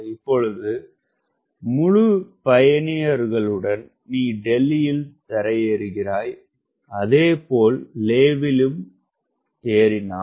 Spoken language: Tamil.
இப்பொழுது முழு பயணியர்களுடன் நீ டெல்லியில் தரையேறுகிறாய் அதே போல் லேவிலிருந்து ஏறினால்